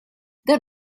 dan